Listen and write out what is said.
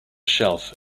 shelf